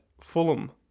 Fulham